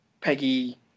Peggy